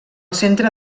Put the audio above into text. centre